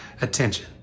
attention